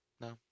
No